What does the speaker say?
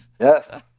Yes